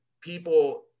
people